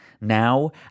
Now